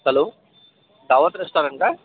hello Dawat restaurant का